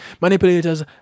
manipulators